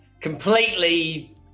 Completely